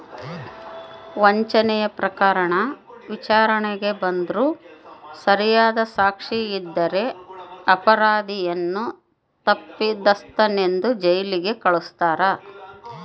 ವಂಚನೆ ಪ್ರಕರಣ ವಿಚಾರಣೆಗೆ ಬಂದ್ರೂ ಸರಿಯಾದ ಸಾಕ್ಷಿ ಇದ್ದರೆ ಅಪರಾಧಿಯನ್ನು ತಪ್ಪಿತಸ್ಥನೆಂದು ಜೈಲಿಗೆ ಕಳಸ್ತಾರ